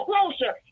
closer